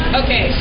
okay